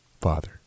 father